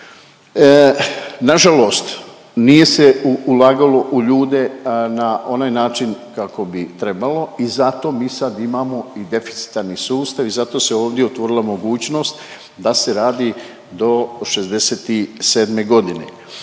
Nažalost nije se ulagalo u ljude a na onaj način kako bi trebalo i zato mi sad imamo i deficitarni sustav i zato se ovdje otvorila mogućnost da se radi do 67 godine